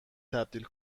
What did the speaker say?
تبدیل